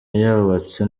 yubatse